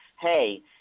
hey